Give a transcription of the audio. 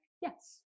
yes